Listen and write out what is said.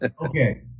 Okay